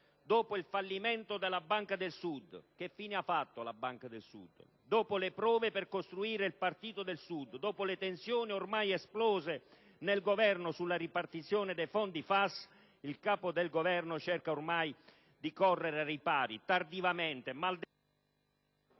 Dopo il fallimento della Banca del Sud (che non sappiamo che fine abbia fatto), le prove per costruire il Partito del Sud e le tensioni ormai esplose nel Governo sulla ripartizione dei fondi FAS, il Capo del Governo cerca di correre ai ripari, tardivamente e